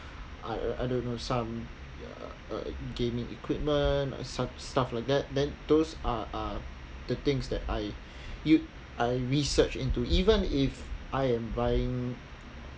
I I don't know some gaming equipment stuff like that than those are are the things that I you I research into even if I am buying